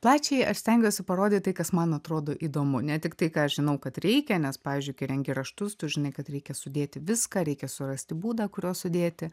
plačiajai aš stengiuosi parodyt tai kas man atrodo įdomu ne tik tai ką aš žinau kad reikia nes pavyzdžiui kai rengi raštus tu žinai kad reikia sudėti viską reikia surasti būdą kuriuo sudėti